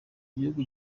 gihugu